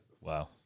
Wow